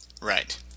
Right